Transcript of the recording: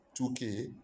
2K